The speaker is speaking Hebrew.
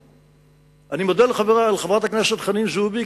אני מודה לחברת הכנסת חנין זועבי,